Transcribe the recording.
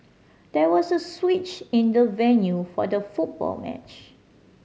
there was a switch in the venue for the football match